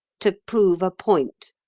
to prove a point.